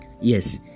Yes